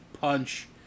punch